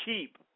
cheap